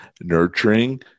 Nurturing